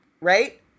right